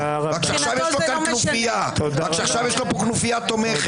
רק שעכשיו יש לו פה כנופיה תומכת.